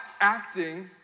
acting